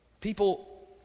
People